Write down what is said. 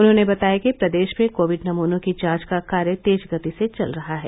उन्होंने बताया कि प्रदेश में कोविड नमूनों की जांच का कार्य तेज गति से चल रहा है